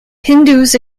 hindus